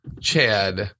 Chad